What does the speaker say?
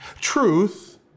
Truth